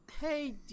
hey